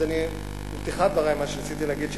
אז מה שניסיתי להגיד בפתיחת דברי,